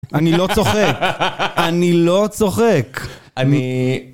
אני לא צוחק, אני לא צוחק. אני...